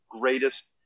greatest